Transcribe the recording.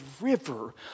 river